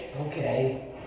Okay